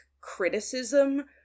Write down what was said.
criticism